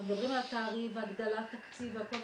אנחנו מדברים על התעריף והגדלת תקציב והכל,